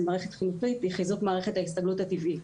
במערכת חינוכית היא חיזוק מערכת ההסתגלות הטבעית.